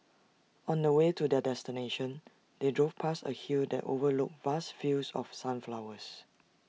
on the way to their destination they drove past A hill that overlooked vast fields of sunflowers